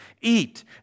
Eat